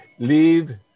leave